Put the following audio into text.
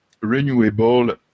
renewable